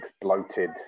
bloated